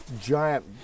giant